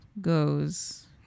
goes